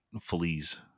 fleas